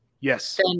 Yes